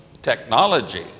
technology